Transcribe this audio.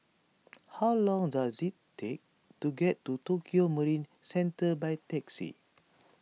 how long does it take to get to Tokio Marine Centre by taxi